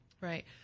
Right